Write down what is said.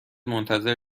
منتظر